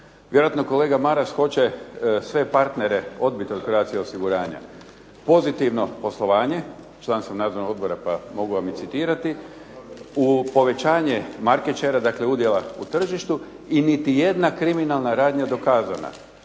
Vjerojatno kolega Maras hoće sve partnere odbit od "Croatia osiguranja". Pozitivno poslovanje, član sam nadzornog odbora pa mogu vam i citirati, u povećanje markečera, dakle udjela u tržištu i nit jedna kriminalna radnja dokazana.